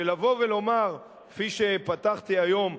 ולבוא ולומר, כפי שפתחתי היום,